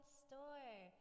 store